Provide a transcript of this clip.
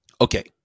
Okay